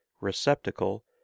receptacle